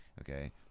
okay